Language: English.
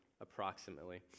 approximately